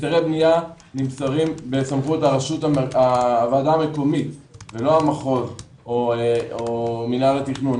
היתרי בנייה נמסרים בסמכות הוועדה המקומית ולא המחוז או מנהל התכנון,